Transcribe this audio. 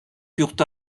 furent